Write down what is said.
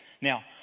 Now